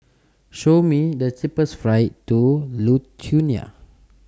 Show Me The cheapest flights to Lithuania